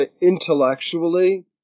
intellectually